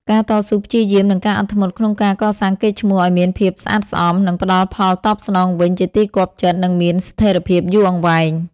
ការតស៊ូព្យាយាម និងការអត់ធ្មត់ក្នុងការកសាងកេរ្តិ៍ឈ្មោះឱ្យមានភាពស្អាតស្អំ នឹងផ្ដល់ផលតបស្នងវិញជាទីគាប់ចិត្ត និងមានស្ថិរភាពយូរអង្វែង។